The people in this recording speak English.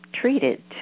treated